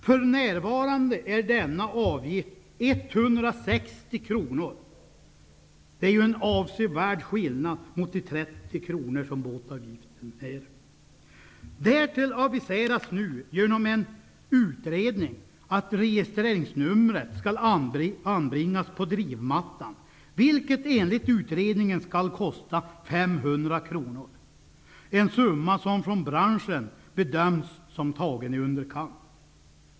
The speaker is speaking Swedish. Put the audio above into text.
För närvarande är avgiften 160 kr. Det är en avsevärd skillnad i förhållande till båtavgiften, som är 30 kr. Därtill aviseras nu genom en utredning att registreringsnumret skall anbringas på drivmattan. Enligt utredningen skall det kosta 500 kr, en summa som av branschen bedöms vara i underkant tilltagen.